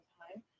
time